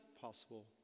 possible